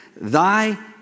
Thy